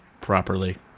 properly